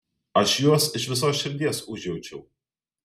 aš juos iš visos širdies užjaučiau